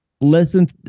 Listen